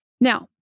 Now